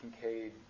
Kincaid